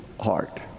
heart